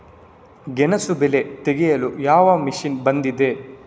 ಗೆಣಸು ಬೆಳೆ ತೆಗೆಯಲು ಯಾವ ಮಷೀನ್ ಬಂದಿದೆ?